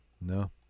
No